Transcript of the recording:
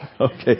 Okay